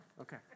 Okay